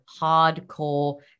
hardcore